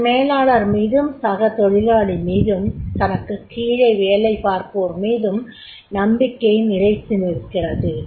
தனது மேலாளர் மீதும் சக தொழிலாளி மீதும் மற்றும் தனக்கு கீழே வேலைபார்ப்போர் மீதும் நம்பிக்கை நிலைத்து நிற்கிறது